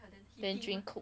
then drink coke